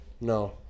No